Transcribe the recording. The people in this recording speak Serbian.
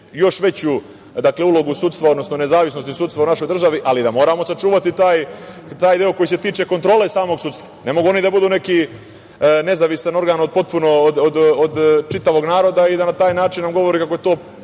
još veću ulogu sudstva, odnosno nezavisnosti sudstva u našoj državi, ali da moramo sačuvati taj deo koji se tiče kontrole samog sudstva. Ne mogu oni da budu neki potpuno nezavistan organ od čitavog naroda i da na taj način on govori kako je to